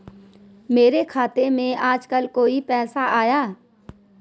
मेरे खाते में आजकल कोई पैसा आया?